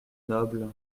noble